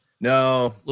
no